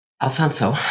Alfonso